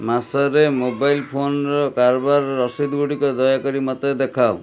ମାସରେ mobile phone କାରବାର ରସିଦ ଗୁଡ଼ିକ ଦୟାକରି ମୋତେ ଦେଖାଅ